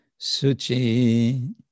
Suchi